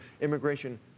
immigration